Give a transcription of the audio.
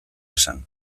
esan